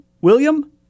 William